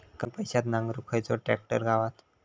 कमी पैशात नांगरुक खयचो ट्रॅक्टर गावात?